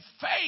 faith